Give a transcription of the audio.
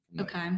Okay